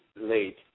late